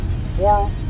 four